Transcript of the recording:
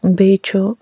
بیٚیہِ چھُ